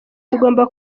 tugomba